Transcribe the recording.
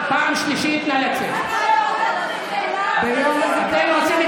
פעם שלישית, פעם שלישית, נא לצאת.